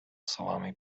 salami